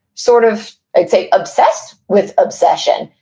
sort of, i'd say obsessed with obsession.